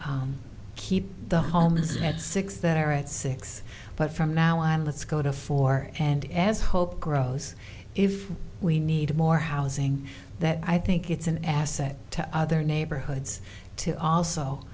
to keep the homes at six that are at six but from now on let's go to four and as hope grows if we need more housing that i think it's an asset to other neighborhoods to also